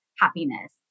Happiness